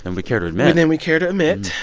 and we care to admit. than we care to admit.